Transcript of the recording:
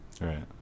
Right